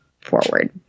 forward